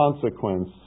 consequence